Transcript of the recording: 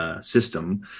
system